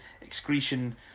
excretion